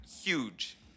huge